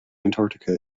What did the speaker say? antarctica